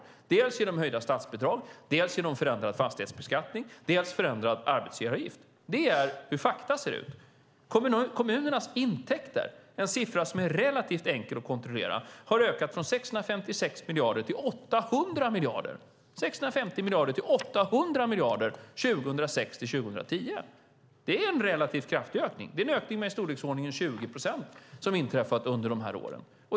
Det har skett dels genom höjda statsbidrag, dels genom förändrad fastighetsbeskattning och dels genom förändrad arbetsgivaravgift. Så ser fakta ut. Kommunernas intäkter, en siffra som är relativt enkel att kontrollera, har ökat från 656 miljarder till 800 miljarder under åren 2006-2010. Det är en relativt kraftig ökning. Det är en ökning med i storleksordning 20 procent som har inträffat under de här åren.